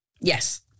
Yes